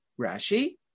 Rashi